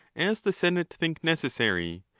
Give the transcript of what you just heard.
as the senate think necessary,